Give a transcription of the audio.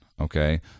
okay